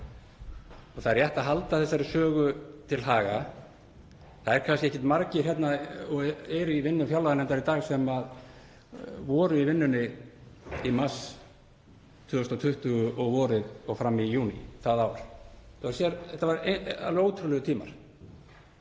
Það er rétt að halda þessari sögu til haga. Það eru kannski ekkert margir sem eru í vinnu fjárlaganefndar í dag sem voru í vinnunni í mars 2020, um vorið og fram í júní það ár. Þetta voru alveg ótrúlegir tímar